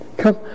Come